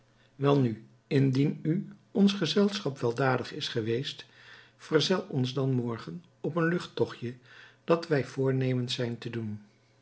welnu indien u ons gezelschap welgevallig is geweest verzel ons dan morgen op een luchttochtje dat wij voornemens zijn te doen